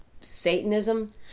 Satanism